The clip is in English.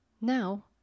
Now